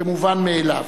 כמובן מאליו,